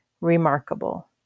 remarkable